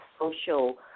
social